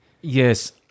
Yes